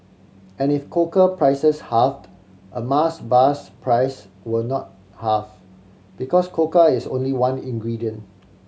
and if cocoa prices halved a Mars bar's price will not halve because cocoa is only one ingredient